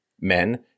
men